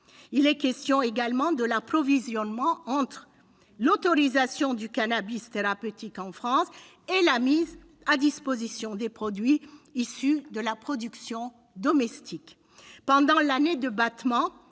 Il est aussi question de l'approvisionnement entre l'autorisation du cannabis thérapeutique en France et la mise à disposition des produits issus de la production domestique. Pendant l'année de battement,